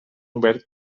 obert